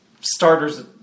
starters